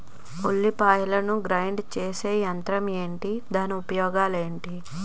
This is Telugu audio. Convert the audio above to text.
ఉల్లిపాయలను గ్రేడ్ చేసే యంత్రం ఏంటి? దాని ఉపయోగాలు ఏంటి?